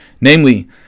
namely